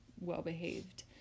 well-behaved